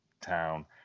town